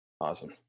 Awesome